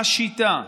השיטה.